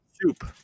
Soup